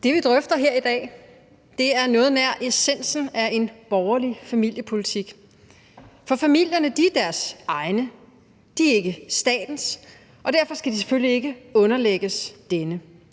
Det, vi drøfter her i dag, er noget nær essensen af en borgerlig familiepolitik, for familierne er deres egne, de er ikke statens, og derfor skal de selvfølgelig ikke underlægges denne.